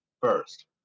first